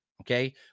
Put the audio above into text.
Okay